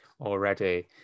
already